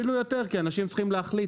אפילו יותר, כי אנשים צריכים להחליט.